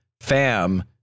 fam